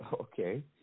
Okay